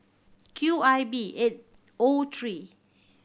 Q I B eight O three